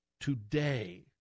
today